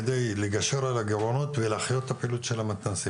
על מנת לגשר על הגירעונות ולהחיות את פעילות המתנ"סים,